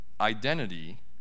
identity